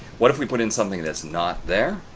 what if we put in something that's not there?